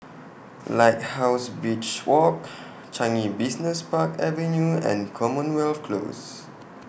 Lighthouse Beach Walk Changi Business Park Avenue and Commonwealth Close